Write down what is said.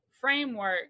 framework